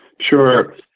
Sure